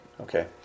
Okay